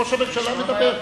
ראש הממשלה מדבר.